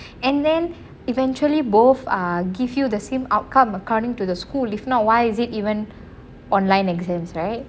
and then eventually both ah give you the same outcome according to the school if not why is it even online exams right